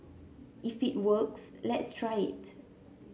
if it works let's try it